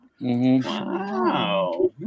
Wow